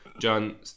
john